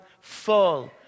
full